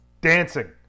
Dancing